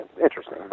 interesting